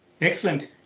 Excellent